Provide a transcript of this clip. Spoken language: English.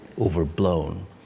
overblown